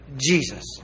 Jesus